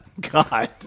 God